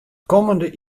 kommende